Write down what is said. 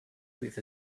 with